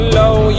low